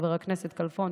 חבר הכנסת כלפון,